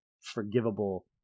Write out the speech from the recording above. forgivable